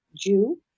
Jew